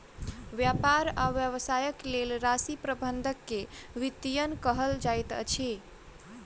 व्यापार आ व्यवसायक लेल राशि प्रबंधन के वित्तीयन कहल जाइत अछि